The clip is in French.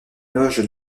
loge